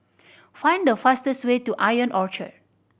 find the fastest way to Ion Orchard